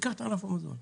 ניקח את ענף המזון.